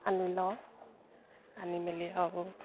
আনি লওঁ আনি মেলি আৰু